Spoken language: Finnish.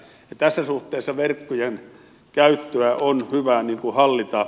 tässä suhteessa verkkojen käyttöä on hyvä hallita